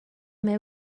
mae